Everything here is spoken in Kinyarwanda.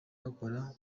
bakora